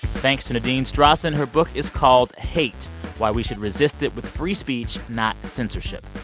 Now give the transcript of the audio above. thanks to nadine strossen. her book is called, hate why we should resist it with free speech, not censorship.